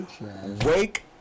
wake